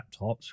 laptops